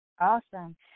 Awesome